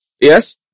Yes